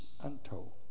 untold